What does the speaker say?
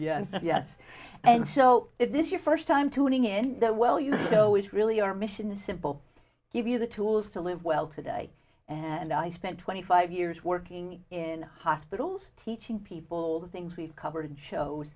know yes and so is this your first time tuning in that well you know it's really our mission the simple give you the tools to live well today and i spent twenty five years working in hospitals teaching people the things we've covered in shows